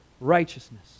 righteousness